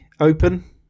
open